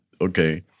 okay